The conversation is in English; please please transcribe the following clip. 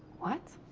what?